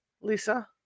Lisa